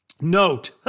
Note